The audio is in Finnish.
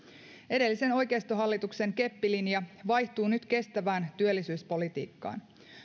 edellisen oikeistohallituksen keppilinja vaihtuu nyt kestävään työllisyyspolitiikkaan